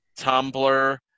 Tumblr